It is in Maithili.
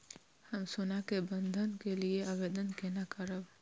हम सोना के बंधन के लियै आवेदन केना करब?